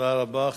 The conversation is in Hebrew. תודה רבה.